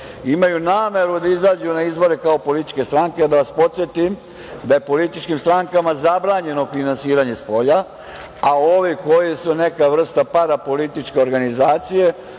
imaju nameru da izađu na izbore kao političke stranke. Da vas podsetim, da je političkim strankama zabranjeno finansiranje spolja, a ovi koji su neka vrsta parapolitičke organizacije,